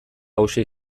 hauxe